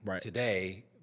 today